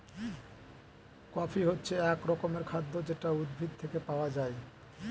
coffee হচ্ছে এক রকমের খাদ্য যেটা উদ্ভিদ থেকে পাওয়া যায়